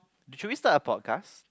should we start a podcast